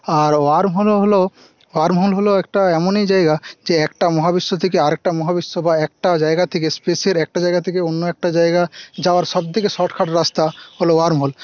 আর worm হল worm hole হল একটা এমনই জায়গা যে একটা মহাবিশ্ব থেকে আরেকটা মহাবিশ্ব বা একটা জায়গা থেকে স্পেসের একটা জায়গা থেকে অন্য একটা জায়গা যাওয়ার সব থেকে শর্টকাট রাস্তা হল ওয়ার্ম হোল